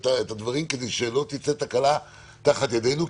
את הדברים כדי שלא תצא תקלה תחת ידינו,